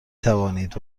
توانید